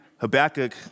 Habakkuk